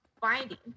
finding